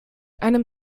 einem